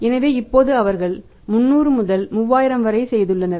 எனவே இப்போது அவர்கள் 300 முதல் 3000 வரை செய்துள்ளனர்